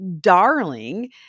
darling